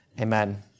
amen